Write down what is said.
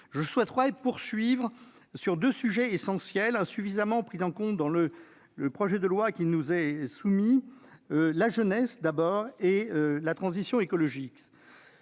mon intervention en évoquant deux sujets essentiels, insuffisamment pris en compte dans le projet de loi qui nous est soumis : la jeunesse et la transition écologique.